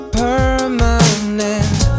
permanent